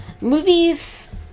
Movies